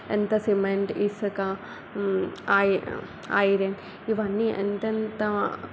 ఎంత సిమెంట్ ఇసుక ఐరన్ ఇవన్నీ ఎంతెంత